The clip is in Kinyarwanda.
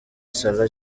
salah